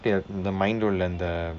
இந்த:indtha mind உள்ள இந்த:ulla indtha